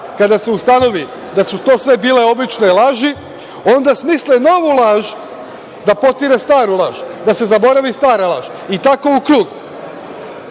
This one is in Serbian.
kada se ustanovi da su to sve bile obične laži, smisle novu laž da potire staru laž, da se zaboravi stara laž i tako u krug. Tako